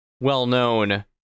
well-known